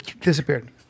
disappeared